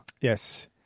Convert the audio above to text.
Yes